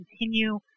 continue